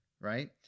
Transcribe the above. right